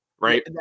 right